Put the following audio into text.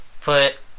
Put